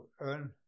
earn